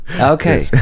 Okay